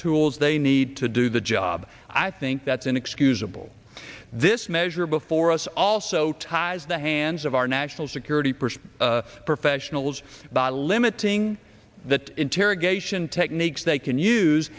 tools they need to do the job i think that's inexcusable this measure before us also ties the hands of our national security person professionals by limiting the interrogation techniques they can use